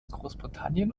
großbritannien